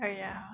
err ya